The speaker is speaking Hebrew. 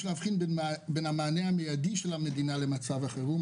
יש להבחין בין המענה המיידי של המדינה למצב החירום,